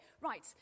right